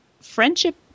friendship